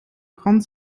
prendre